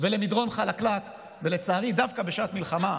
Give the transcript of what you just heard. ולמדרון חלקלק, ולצערי, דווקא בשעת מלחמה,